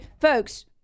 Folks